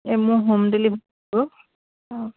এই মোৰ home delivery কৰো অঁ